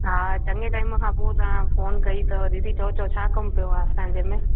हा चङे टाइम खां पोइ तव्हां फ़ोन कई अथव दीदी चयो चयो छा कमु पियो आहे असांजे में